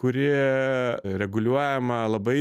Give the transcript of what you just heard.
kuri reguliuojama labai